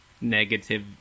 negative